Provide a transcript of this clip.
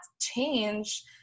change